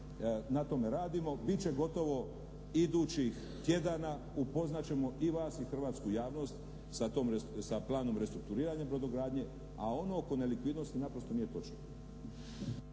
na tome radimo. Bit će gotovo idućih tjedana, upoznat ćemo i vas i hrvatsku javnost sa planom restrukturiranja brodogradnje a ono oko nelikvidnosti naprosto nije točno.